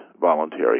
voluntary